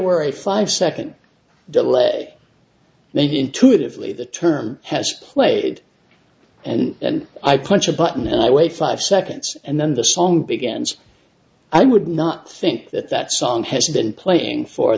were a five second delay they intuitively the term has played and i punch a button and i weigh five seconds and then the song begins i would not think that that song has been playing for